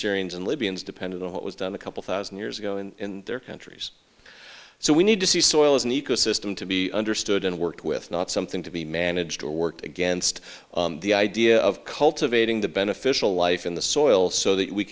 syrians and libyans depended on what was done a couple thousand years ago in their countries so we need to see soil as an ecosystem to be understood and worked with not something to be managed or worked against the idea of cultivating the beneficial life in the soil so that we